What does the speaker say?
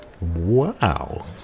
wow